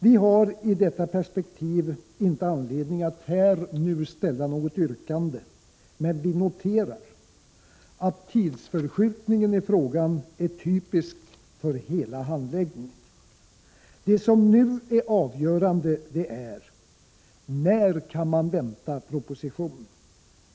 Vi har i detta perspektiv inte anledning att här ställa något yrkande, men vi noterar att tidsförskjutningen av frågan är typisk för hela handläggningen. Det som nu är avgörande är: När kan man vänta proposition?